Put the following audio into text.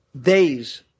days